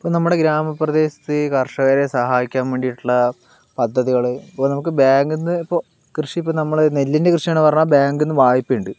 ഇപ്പോൾ നമ്മുടെ ഗ്രാമ പ്രദേശത്ത് കർഷകരെ സഹായിക്കാൻ വേണ്ടീട്ടുള്ള പദ്ധ്യതികള് ഇപ്പോൾ നമുക്ക് ബാങ്കിൽ നിന്ന് ഇപ്പോൾ കൃഷിപ്പോ നമ്മള് നെല്ലിൻ്റെ കൃഷിയാണെന്ന് പറഞ്ഞാൽ ബാങ്കിൽ നിന്ന് വായ്പ്പയുണ്ട്